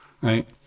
right